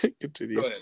continue